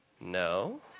No